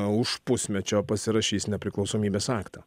už pusmečio pasirašys nepriklausomybės aktą